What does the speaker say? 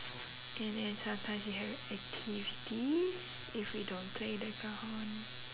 and then sometimes we have activities if we don't play the cajon